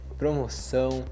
promoção